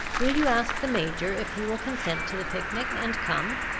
will you ask the major if he will consent to the picnic, and come?